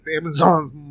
Amazon's